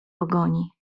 pogoni